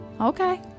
Okay